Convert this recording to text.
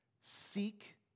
Seek